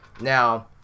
Now